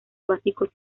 básicos